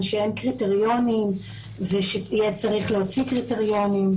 שאין קריטריונים ושיהיה צריך להוציא קריטריונים,